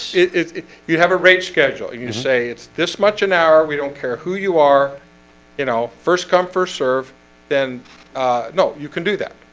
it's you have a rate schedule. and you say it's this much an hour. we don't care who you are you know first come first serve then no, you can do that.